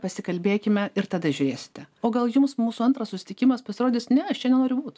pasikalbėkime ir tada žiūrėsite o gal jums mūsų antras susitikimas pasirodys ne aš čia nenoriu būt